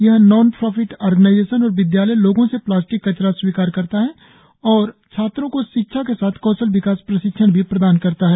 यह non profit organisation और विद्यालय लोगों से प्लास्टिक कचरा स्वीकार करता है और छात्रों को शिक्षा के साथ कौशल विकास प्रशिक्षण भी प्रदान करता है